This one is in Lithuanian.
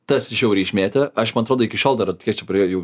tas žiauriai išmėtė aš man atrodo iki šiol dar vat kiek čia praėjo jau